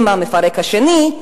עם המפרק השני,